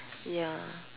ya